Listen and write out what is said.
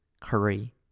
Curry